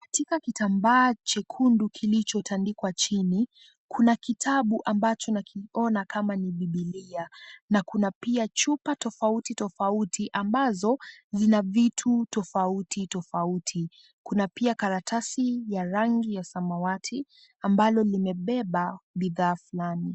Katika kitambaa chekundu kilichotandikwa chini kuna kitabu ambacho nakiona kama ni biblia na kuna pia chupa tofauti tofauti ambazo zina vitu tofauti tofauti. Kuna pia karatasi ya rangi ya samawati ambalo limebeba bidhaa fulani.